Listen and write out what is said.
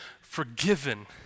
forgiven